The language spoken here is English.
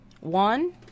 One